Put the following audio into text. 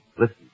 Listen